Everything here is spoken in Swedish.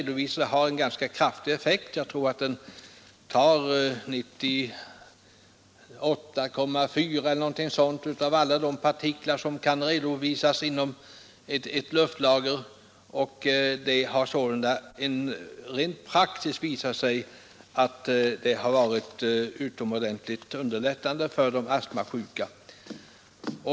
Den har en ganska kraftig effekt — jag tror att den tar ungefär 98,4 procent av alla de partiklar som kan redovisas inom ett luftlager. Det har sålunda rent praktiskt visat sig att den har varit utomordentligt underlättande för de astmasjuka.